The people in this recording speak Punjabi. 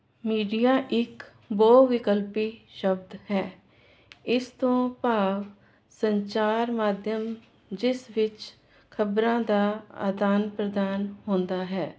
ਮੀਡੀਆ ਇੱਕ ਬਹੁਤ ਵਿਕਲਪੀ ਸ਼ਬਦ ਹੈ ਇਸ ਤੋਂ ਭਾਵ ਸੰਚਾਰ ਮਾਧਿਅਮ ਜਿਸ ਵਿੱਚ ਖਬਰਾਂ ਦਾ ਆਦਾਨ ਪ੍ਰਦਾਨ ਹੁੰਦਾ ਹੈ